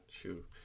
Shoot